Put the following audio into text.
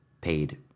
paid